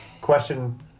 question